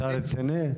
אתה רציני?